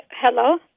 Hello